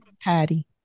Patty